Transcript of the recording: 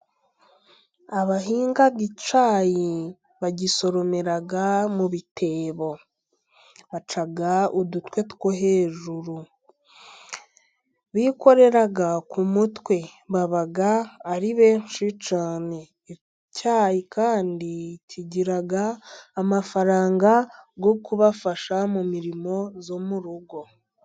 Abahinga icyayi bagisoromera mu bitebo, baca udutwe two hejuru, bikorera ku mutwe, baba ari benshi cyane, icyayi kandi kigira amafaranga yo kubafasha mu mirimo yo mu rugo.